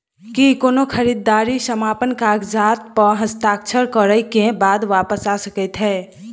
की कोनो खरीददारी समापन कागजात प हस्ताक्षर करे केँ बाद वापस आ सकै है?